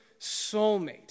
soulmate